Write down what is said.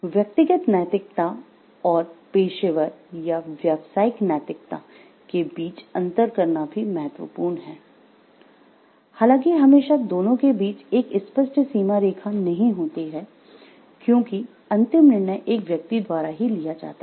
व्यक्तिगत नैतिकता और पेशेवर या व्यावसायिक नैतिकता के बीच अंतर करना भी महत्वपूर्ण है हालांकि हमेशा दोनों के बीच एक स्पष्ट सीमारेखा नहीं होती है क्योंकि अंतिम निर्णय एक व्यक्ति द्वारा ही लिया जाता है